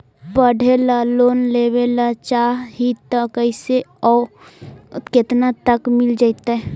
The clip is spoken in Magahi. पढ़े ल लोन लेबे ल चाह ही त कैसे औ केतना तक मिल जितै?